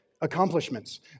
accomplishments